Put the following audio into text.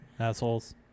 assholes